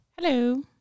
Hello